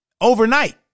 overnight